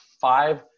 five